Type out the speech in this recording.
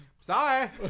Sorry